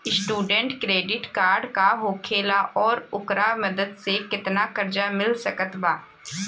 Student credit card का होखेला और ओकरा मदद से केतना कर्जा मिल सकत बा?